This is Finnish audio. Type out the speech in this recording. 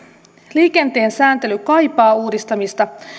liikenteen sääntely kaipaa uudistamista